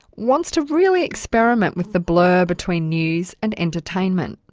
wants to really experiment with the blur between news and entertainment.